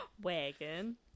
wagon